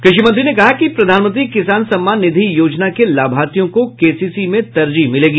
कृषि मंत्री ने कहा कि प्रधानमंत्री किसान सम्मान निधि योजना के लाभार्थियों को केसीसी में तरजीह मिलेगी